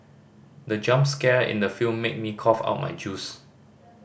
the jump scare in the film made me cough out my juice